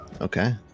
okay